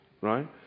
right